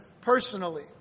personally